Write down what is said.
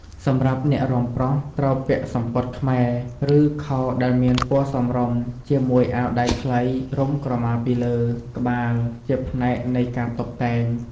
សម្រាប់អ្នករាំប្រុស ត្រូវពាក់សំពត់ខ្មែរ ឬ ខោដែលមានពណ៌សមរម្យ ជាមួយអាវដៃខ្លី រុំក្រម៉ាលើក្បាល ជាផ្នែកនៃការតុបតែង។